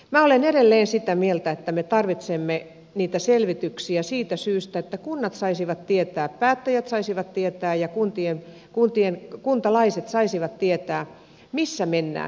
minä olen edelleen sitä mieltä että me tarvitsemme niitä selvityksiä siitä syystä että kunnat saisivat tietää päättäjät saisivat tietää ja kuntalaiset saisivat tietää missä mennään